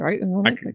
right